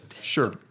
Sure